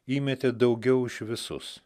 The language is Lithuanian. įmetė daugiau už visus